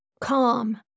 Calm